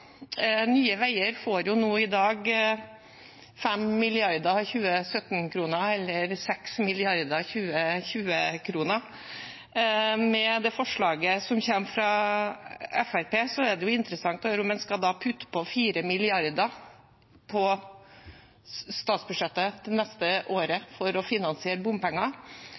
Nye Veier får nå i dag 5 mrd. 2017-kroner, eller 6 mrd. 2020-kroner. Med det forslaget som kommer fra Fremskrittspartiet, er det interessant å høre om en skal putte på 4 milliarder på statsbudsjettet det neste året for å finansiere bompenger,